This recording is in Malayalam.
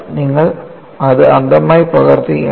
നിങ്ങൾ അത് അന്ധമായി പകർത്തുകയാണ്